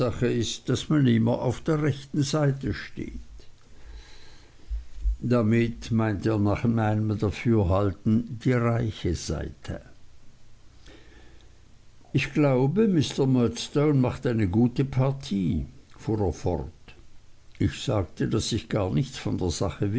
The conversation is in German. ist daß man immer auf der rechten seite steht damit meinte er nach meinem dafürhalten die reiche seite ich glaube mr murdstone macht eine gute partie fuhr er fort ich sagte daß ich gar nichts von der sache